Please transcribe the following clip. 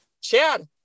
Chad